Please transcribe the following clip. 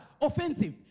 offensive